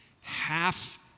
half